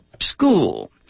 school